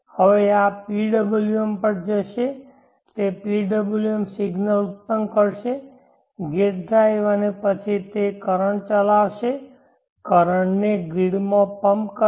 હવે આ PWM પર જશે તે PWM સિગ્નલ ઉત્પન્ન કરશે ગેટ ડ્રાઇવ અને પછી તે કરંટ ચલાવશે કરંટ ને ગ્રીડમાં પમ્પ કરશે